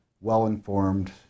well-informed